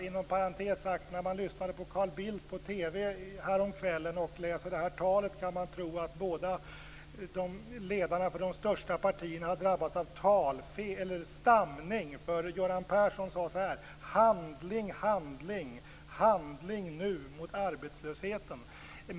Inom parentes sagt: När man lyssnade på Carl Bildt på TV häromkvällen och läser det här talet kan man tro att ledarna för de största partierna har drabbats av stamning, för Göran Persson sade så här: Handling, handling, handling nu mot arbetslösheten.